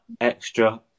extra